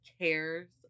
cares